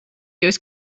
jūs